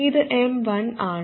ഇത് M1 ആണ്